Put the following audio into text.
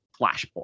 Flashpoint